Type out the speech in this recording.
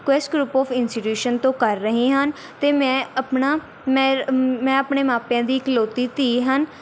ਕੋਐਸ਼ group of institution ਤੋਂ ਕਰ ਰਹੀ ਹਨ ਅਤੇ ਮੈਂ ਆਪਣਾ ਮੈਂ ਮੈਂ ਆਪਣੇ ਮਾਪਿਆਂ ਦੀ ਇਕਲੋਤੀ ਧੀ ਹਨ